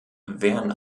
wären